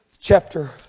chapter